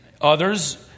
Others